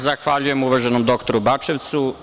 Zahvaljujem uvaženom doktoru Bačevcu.